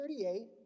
38